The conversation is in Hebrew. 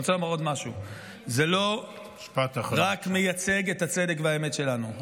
אני רוצה לומר עוד משהו: זה לא רק מייצג את הצדק והאמת שלנו.